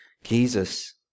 Jesus